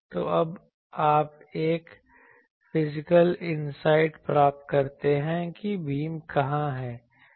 तो अब आप एक फिजिकल इनसाइट प्राप्त करते हैं कि बीम कहां है